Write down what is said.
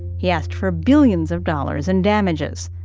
he asked for billions of dollars in damages.